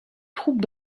troupes